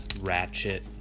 ratchet